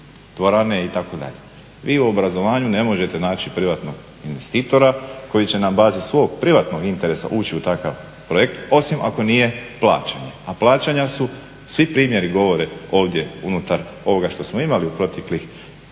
dvorane itd. Vi u obrazovanju ne možete naći privatnog investitora koji će na bazi svog privatnog interesa ući u takav projekt osim ako nije plaćan, a plaćanja su svi primjeri govore ovdje unutar ovoga što smo imali u proteklih